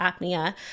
apnea